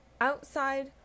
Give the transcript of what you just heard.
Outside